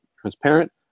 transparent